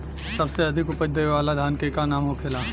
सबसे अधिक उपज देवे वाला धान के का नाम होखे ला?